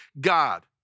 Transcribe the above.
God